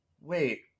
wait